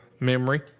Memory